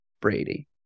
Brady